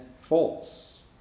false